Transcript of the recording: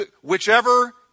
Whichever